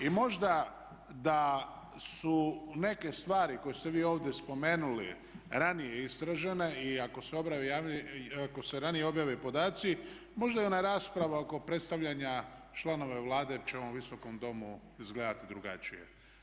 I možda da su neke stvari koje ste vi ovdje spomenuli ranije istražene i ako se ranije objave podaci možda i ona rasprava oko predstavljanja članova Vlade će u ovom Visokom domu izgledati drugačije.